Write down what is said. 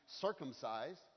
circumcised